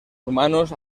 humanos